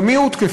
גם היא הותקפה,